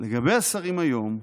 "לגבי השרים היום,